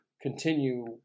continue